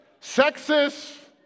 sexist